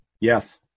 Yes